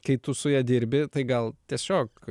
kai tu su ja dirbi tai gal tiesiog